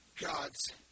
God's